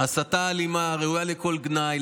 הסתה אלימה ראויה לכל גנאי.